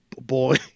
boy